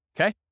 Okay